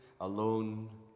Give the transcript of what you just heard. alone